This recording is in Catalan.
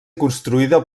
construïda